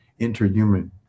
interhuman